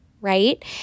right